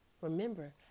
Remember